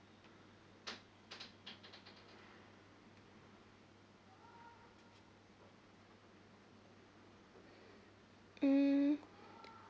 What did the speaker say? mm